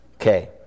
Okay